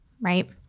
Right